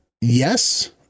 yes